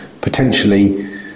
potentially